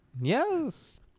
Yes